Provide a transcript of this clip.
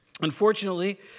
unfortunately